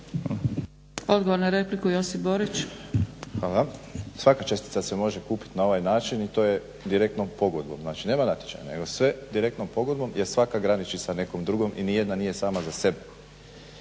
Borić. **Borić, Josip (HDZ)** Hvala. Svaka čestica se može kupiti na ovaj način i to je direktnom pogodbom, znači nema natječaja nego sve direktnom pogodbom jer svaka graniči sa nekom drugom i nijedna nije sama za sebe.